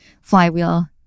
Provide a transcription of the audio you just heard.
Flywheel